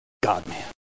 God-man